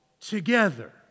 together